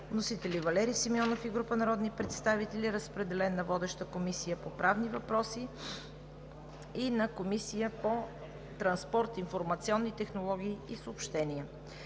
Вносители са Валери Симеонов и група народни представители. Разпределен е на водещата Комисия по правни въпроси и на Комисията по транспорт, информационни технологии и съобщения.